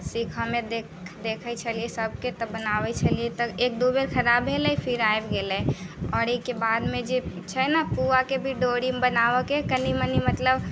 सीखऽ मे देखऽ छलियै सबके तऽ बनाबै छलियै तऽ एक दू बेर खराब भेलै फिर आबि गेलै आओर एहिके बाद मे जे छै ने पुआ के भी डोरी मे बनाबे के कनी मनी मतलब